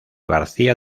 garcía